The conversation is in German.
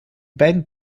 beiden